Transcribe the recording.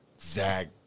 Zag